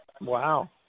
Wow